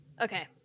Okay